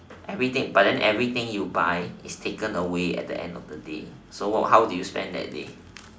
everything but then everything you buy is taken away at the end of the day so wha~ how do you spend that day